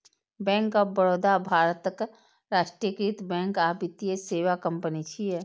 bank of Baroda भारतक राष्ट्रीयकृत bank आ वित्तीय सेवा कंपनी छियै